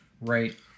right